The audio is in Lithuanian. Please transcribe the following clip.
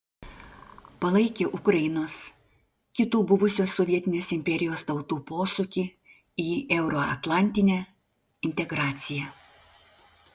palaikė ukrainos kitų buvusios sovietinės imperijos tautų posūkį į euroatlantinę integraciją